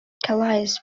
calais